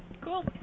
Cool